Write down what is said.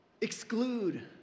exclude